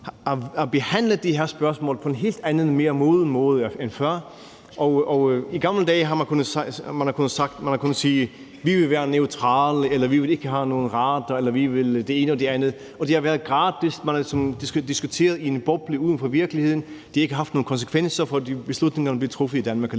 har behandlet de her spørgsmål på en helt anden og mere moden måde end før. I gamle dage har man kunnet sige, at man ville være neutrale, eller man ville ikke have nogen radar, eller man ville det ene og det andet, og det har været gratis. Man har ligesom diskuteret i en boble uden for virkeligheden. Det har ikke haft nogen konsekvenser, for beslutningerne blev alligevel truffet i Danmark.